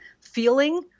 feeling